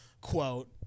quote